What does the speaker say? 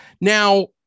Now